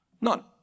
none